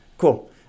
Cool